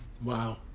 Wow